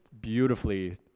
beautifully